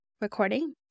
Recording